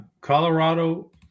Colorado